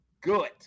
good